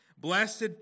Blessed